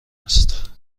است